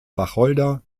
wacholder